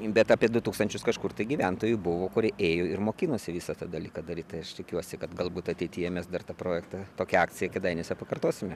bet apie du tūkstančius kažkur tai gyventojų buvo kurie ėjo ir mokinosi visą tą dalyką daryt tai aš tikiuosi kad galbūt ateityje mes dar tą projektą tokią akciją kėdainiuose pakartosime